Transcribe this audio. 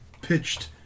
pitched